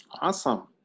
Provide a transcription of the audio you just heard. Awesome